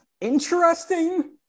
interesting